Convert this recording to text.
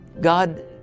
God